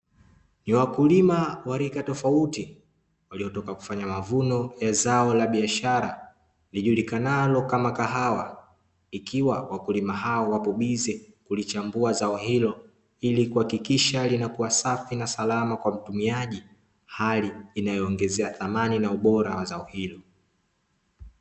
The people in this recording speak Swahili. Ni wakulima wa rika tofauti waliotoka kufanya mavuno ya zao la biashara, lijulikanalo kama kahawa, ikiwa wakulima hao wapo bize kulichambua zao hilo ilikuhakikisha ilinakuwa safi na salama kwa mtumiaji, hali inayoongezea thamani na ubora wa zao hilo.